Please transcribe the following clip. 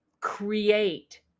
create